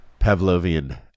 pavlovian